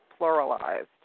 pluralized